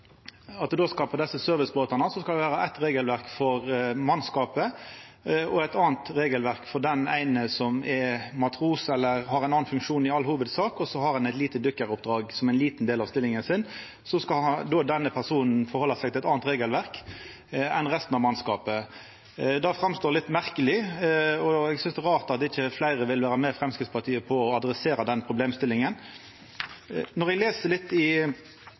det på desse servicebåtane skal vera eitt regelverk for mannskapet og eit anna regelverk for den eine som er matros, eller som i all hovudsak har ein annan funksjon, og som har eit dykkaroppdrag som ein liten del av stillinga si. Denne personen skal altså vera underlagt eit anna regelverk enn resten av mannskapet. Det verkar litt merkeleg, og eg synest det er rart at ikkje fleire vil vera med Framstegspartiet på å adressera den problemstillinga. Når ein les i innstillinga, får ein òg inntrykk av at desse tilfella i